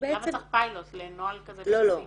למה צריך פיילוט לנוהל כזה בסיסי?